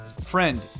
Friend